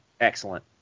Excellent